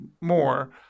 more